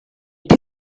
più